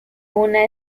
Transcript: una